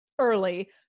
early